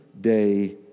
day